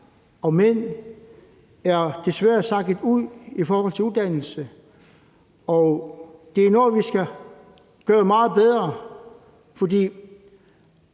og mænd, der er sakket bagud i forhold til uddannelse, og det er noget, vi skal gøre meget bedre, for